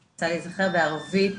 בערבית,